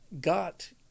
got